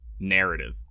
narrative